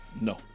No